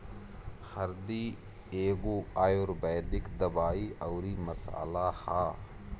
हरदी एगो आयुर्वेदिक दवाई अउरी मसाला हअ